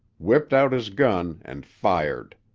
whipped out his gun, and fired.